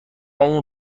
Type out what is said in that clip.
اون